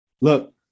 look